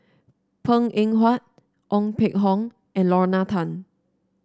Png Eng Huat Ong Peng Hock and Lorna Tan